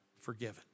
forgiven